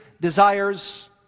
desires